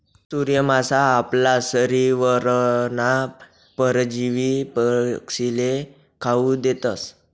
सूर्य मासा आपला शरीरवरना परजीवी पक्षीस्ले खावू देतस